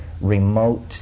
remote